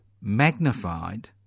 magnified